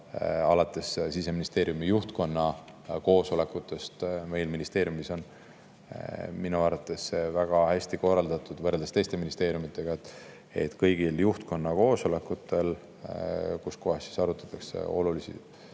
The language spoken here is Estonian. alates Siseministeeriumi juhtkonna koosolekutest meil ministeeriumis minu arvates väga hästi korraldatud see, võrreldes teiste ministeeriumidega, et kõigil juhtkonna koosolekutel, kus arutatakse olulisi